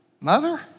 Mother